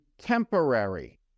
temporary